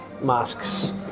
masks